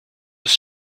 his